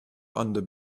under